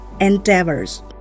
endeavors